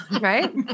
Right